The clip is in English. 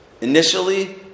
Initially